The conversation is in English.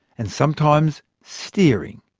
and sometimes steering.